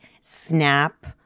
snap